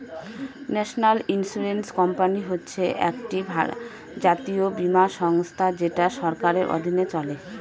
national insurance company হচ্ছে একটি জাতীয় বীমা সংস্থা যেটা সরকারের অধীনে চলে